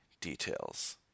details